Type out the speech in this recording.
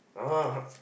ah